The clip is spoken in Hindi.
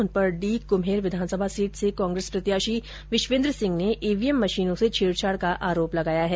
उन पर डीग कुम्हेर विधानसभा सीट से कांग्रेस प्रत्याशी विश्वेन्द्र सिंह ने ईवीएम मशीनों से छेड़छाड का आरोप लगाया है